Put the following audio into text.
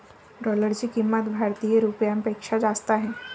डॉलरची किंमत भारतीय रुपयापेक्षा जास्त आहे